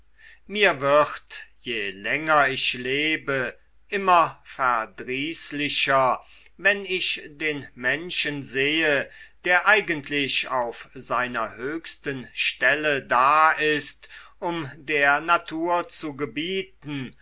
mir wird je länger ich lebe immer verdrießlicher wenn ich den menschen sehe der eigentlich auf seiner höchsten stelle da ist um der natur zu gebieten